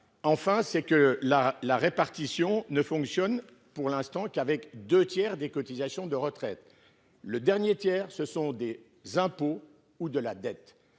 financière. La répartition ne fonctionne- pour l'instant -qu'avec deux tiers des cotisations de retraite. Le dernier tiers, ce sont des impôts ou de la dette.